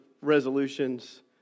resolutions